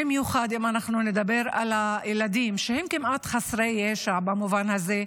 במיוחד אם אנחנו נדבר על הילדים שהם כמעט חסרי ישע במובן הזה,